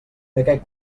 aquest